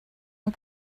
mae